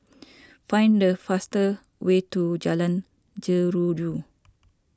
find the fastest way to Jalan Jeruju